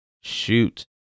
shoot